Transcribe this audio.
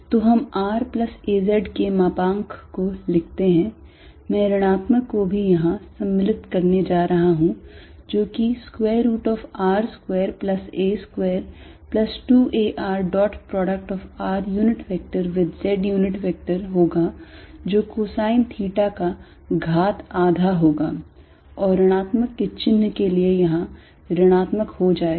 तो हम r plus 'az'के मापांक को लिखते हैं मैं ऋणात्मक को भी यहाँ सम्मिलित करने जा रहा हूँ जो कि square root of r square plus 'a' square plus 2 a r dot product of r unit vector with z unit vector होगा जो cosine theta का घात आधा होगा और ऋणात्मक के चिन्ह के लिए यहां ऋणात्मक हो जाएगा